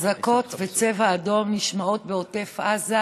אזעקות צבע אדום נשמעות בעוטף עזה.